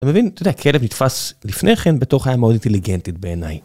אתה מבין, אתה יודע, כלב נתפס לפני כן בתור חיה מאוד אינטליגנטית בעיניי.